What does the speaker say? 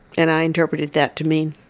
and i interpreted that to mean,